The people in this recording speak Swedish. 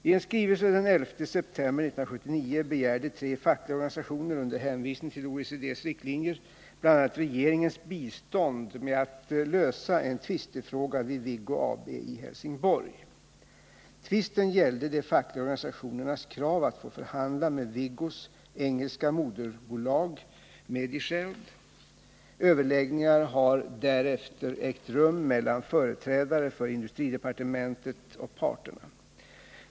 I en skrivelse den 11 september 1979 begärde tre fackliga organisationer, under hänvisning till OECD:s riktlinjer, bl.a. regeringens bistånd med att lösa en tvistefråga vid Viggo AB i Helsingborg. Tvisten gällde de fackliga organisationernas krav att få förhandla med Viggos engelska moderbolag Medishield. Överläggningar har därefter ägt rum mellan företrädare för industridepartementet och parterna.